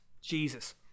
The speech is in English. Jesus